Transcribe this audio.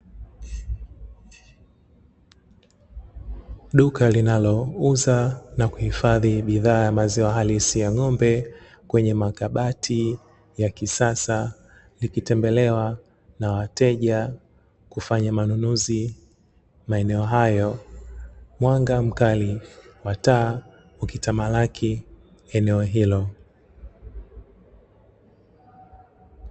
Duka linaliuza na kuhifadhi bidhaa ya maziwa halisi ya ng'ombe kwenye makabati ya kisasa likitembelewa na wateja kufanya manunuzi maeneo hayo, mwanga mkali wa taa ukitamalaki eneo hilo.